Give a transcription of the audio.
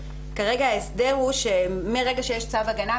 כרגע ההסדר הוא שמרגע שיש צו הגנה,